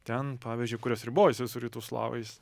ten pavyzdžiui kurios ribojasi su rytų slavais